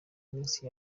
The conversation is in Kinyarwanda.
misi